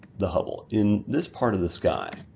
the hubble, in this part of the sky.